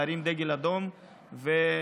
להרים דגל אדום ולפתוח,